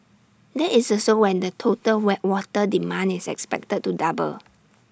that is also when the total why water demand is expected to double